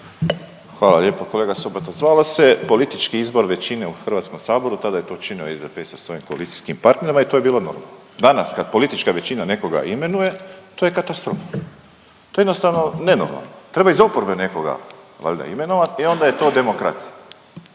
Hvala lijepo kolega Sobota. Zvalo se politički izbor većine u Hrvatskom saboru. Tada je to učinio SDP sa svojim koalicijskim partnerima i to je bilo normalno. Danas kad politička većina nekoga imenuje to je katastrofa. To je jednostavno nenormalno. Treba iz oporbe nekoga valjda imenovati i onda je to demokracija.